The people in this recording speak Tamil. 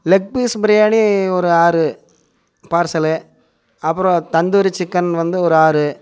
லெக் பீஸ் பிரியாணி ஒரு ஆறு பார்சல் அப்பறம் தந்தூரி சிக்கன் வந்து ஒரு ஆறு